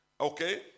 Okay